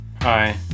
hi